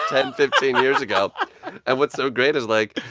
ten, fifteen years ago and what's so great is, like,